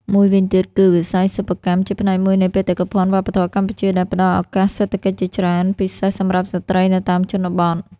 មួយវិញទៀតគឺ វិស័យសិប្បកម្ម ជាផ្នែកមួយនៃបេតិកភណ្ឌវប្បធម៌កម្ពុជា ដែលផ្តល់ឱកាសសេដ្ឋកិច្ចជាច្រើន ពិសេសសម្រាប់ស្ត្រីនៅតាមជនបទ។